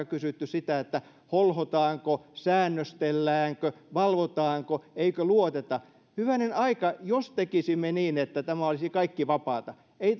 kysytty sitä että holhotaanko säännöstelläänkö valvotaanko eikö luoteta hyvänen aika jos tekisimme niin että tämä olisi kaikki vapaata ei